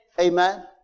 Amen